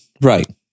right